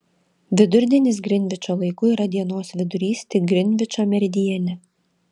vidurdienis grinvičo laiku yra dienos vidurys tik grinvičo meridiane